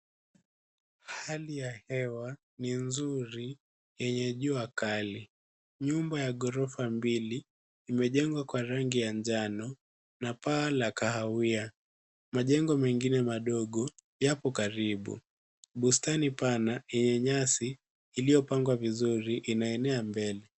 Hali ya hewa ni nzuri yenye jua kali. Nyumba ya ghorofa mbili imejengwa kwa rangi ya manjano na paa la kahawia. Majengo mengine madogo yapo karibu. Bustani pana lenye nyasi liliyopangwa vizuri linaenea mbele.